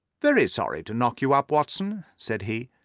very sorry to knock you up, watson, said he,